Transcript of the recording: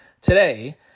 today